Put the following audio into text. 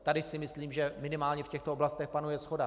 Tady si myslím, že minimálně v těchto oblastech panuje shoda.